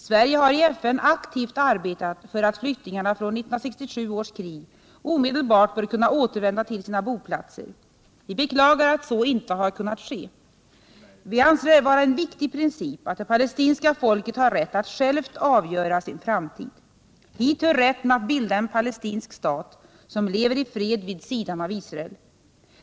Sverige har i 113 FN aktivt arbetat för att flyktingarna från 1967 års krig omedelbart bör kunna återvända till sina boplatser. Vi beklagar att så inte har kunnat ske. Vi anser det vara en viktig princip att det palestinska folket har rätt att självt avgöra sin framtid. Hit hör rätten att bilda en palestinsk stat som lever i fred vid sidan av Israel.